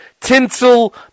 tinsel